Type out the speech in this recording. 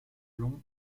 long